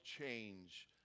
change